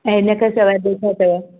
ऐं हिन खां सवाइ ॿियो छा अथव